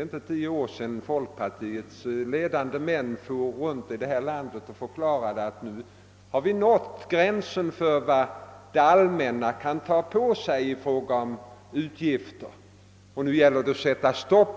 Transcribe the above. inte tio år sedan folkpartiets ledande män for runt i landet och förklarade att nu hade vi nått gränsen för vad det allmänna kan ta på sig i fråga om utgifter, nu gällde det att sätta stopp.